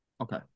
Okay